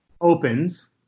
opens